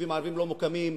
ויישובים ערביים לא מוקמים,